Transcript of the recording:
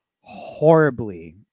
Horribly